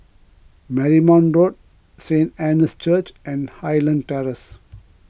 Marymount Road Saint Anne's Church and Highland Terrace